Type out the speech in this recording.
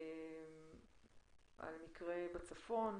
מקרה בצפון.